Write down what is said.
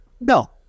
No